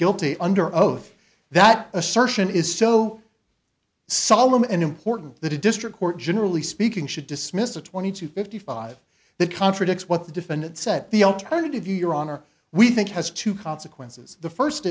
guilty under oath that assertion is so solemn and important that a district court generally speaking should dismiss the twenty to fifty five that contradicts what the defendant said the alternative your honor we think has to consequences the first